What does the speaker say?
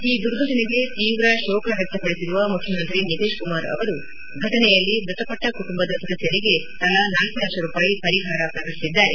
ಈ ದುರ್ಘಟನೆಗೆ ತೀವ್ರ ಶೋಕ ವ್ಯಕ್ತಪಡಿಸಿರುವ ಮುಖ್ಣಮಂತ್ರಿ ನಿತೀಶ್ ಕುಮಾರ್ ಅವರು ಫಟನೆಯಲ್ಲಿ ಮೃತಪಟ್ಟ ಕುಟುಂಬದ ಸದಸ್ಟರಿಗೆ ತಲಾ ನಾಲ್ಕು ಲಕ್ಷ ರೂಪಾಯಿ ಪರಿಹಾರ ಪ್ರಕಟಿಬಿದ್ದಾರೆ